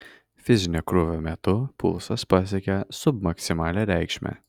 fizinio krūvio metu pulsas pasiekė submaksimalią reikšmę